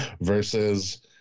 versus